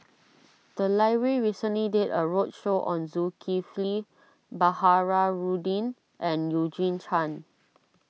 the library recently did a roadshow on Zulkifli Baharudin and Eugene Chen